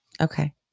Okay